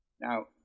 Now